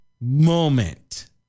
moment